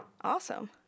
Awesome